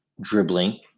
dribbling